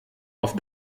auf